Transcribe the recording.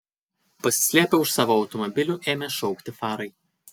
pasislėpę už savo automobilių ėmė šaukti farai